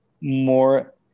more